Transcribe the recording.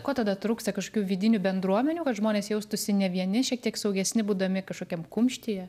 ko tada trūksta kažkokių vidinių bendruomenių kad žmonės jaustųsi ne vieni šiek tiek saugesni būdami kažkokiam kumštyje